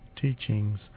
teachings